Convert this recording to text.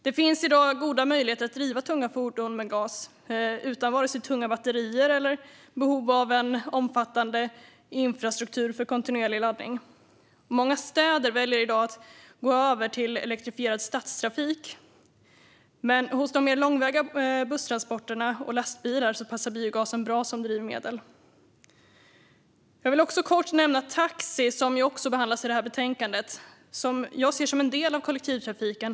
Det finns i dag goda möjligheter att driva tunga fordon med gas utan vare sig tunga batterier eller behov av omfattande infrastruktur för kontinuerlig laddning. Många städer väljer i dag att gå över till elektrifierad stadstrafik, men för de mer långväga busstransporterna och för lastbilar passar biogasen bra som drivmedel. Jag vill även kort nämna taxi, som också behandlas i det här betänkandet. Jag ser taxi som en del av kollektivtrafiken.